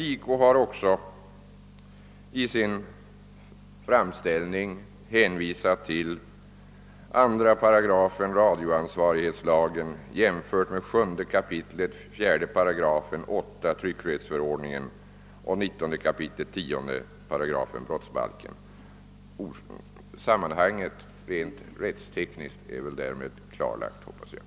JK har också i sin framställning hänvisat till 2 8 radioansvarighetslagen jämfört med 7 kap. 4 § 8 tryckfrihetsförordningen och 19 kap. 10 8 brottsbalken. Sammanhanget rent rättstekniskt är därmed helt klarlagt, hoppas jag.